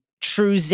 true